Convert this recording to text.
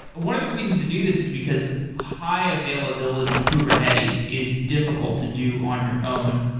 one of the reasons to do this is because high availability kubernetes is difficult to do on your own.